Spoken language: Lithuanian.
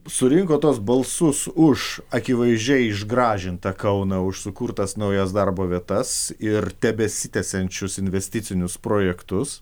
surinko tuos balsus už akivaizdžiai išgražintą kauną už sukurtas naujas darbo vietas ir tebesitęsiančius investicinius projektus